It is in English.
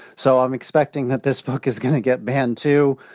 so i'm expecting that this book is going to get banned, too.